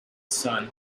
sun